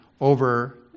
over